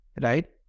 right